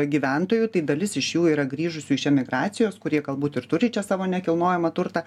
gyventojų tai dalis iš jų yra grįžusių iš emigracijos kurie galbūt ir turi čia savo nekilnojamą turtą